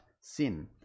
sin